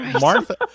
Martha